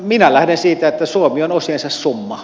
minä lähden siitä että suomi on osiensa summa